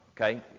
okay